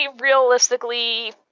realistically